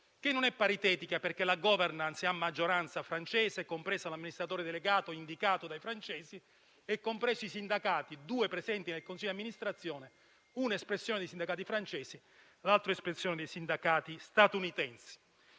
e non è paritetica, perché la *governance* è a maggioranza francese, compreso l'amministratore delegato, indicato dai francesi, e compresi i sindacati, due presenti nel consiglio amministrazione, uno espressione dei sindacati francesi e l'altro espressione dei sindacati statunitensi.